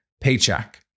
paycheck